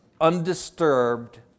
undisturbed